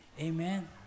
Amen